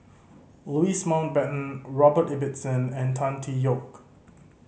Louis Mountbatten Robert Ibbetson and Tan Tee Yoke